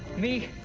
me,